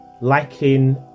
liking